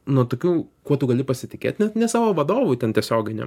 nuo tokių kuo tu gali pasitikėt net ne savo vadovu ten tiesioginiu